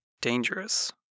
dangerous